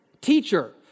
Teacher